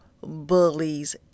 bullies